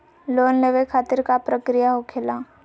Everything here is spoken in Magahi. लोन लेवे खातिर का का प्रक्रिया होखेला?